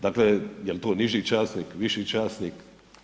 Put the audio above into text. Dakle, je li to niži časnik, viši časnik?